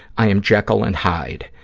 i am jekyll and hyde.